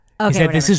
Okay